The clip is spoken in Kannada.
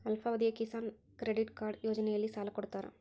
ಅಲ್ಪಾವಧಿಯ ಕಿಸಾನ್ ಕ್ರೆಡಿಟ್ ಕಾರ್ಡ್ ಯೋಜನೆಯಲ್ಲಿಸಾಲ ಕೊಡತಾರ